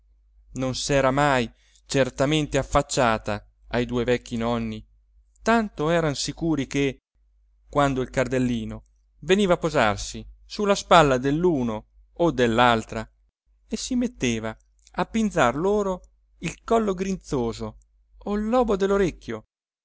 non s'era mai certamente affacciata ai due vecchi nonni tanto eran sicuri che quando il cardellino veniva a posarsi sulla spalla dell'uno o dell'altra e si metteva a pinzar loro il collo grinzoso o il lobo